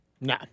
No